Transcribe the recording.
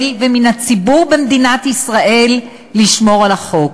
ומן הציבור במדינת ישראל לשמור על החוק.